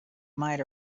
might